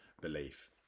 belief